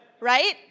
right